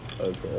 okay